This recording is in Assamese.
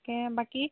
তাকে বাকী